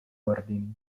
ordini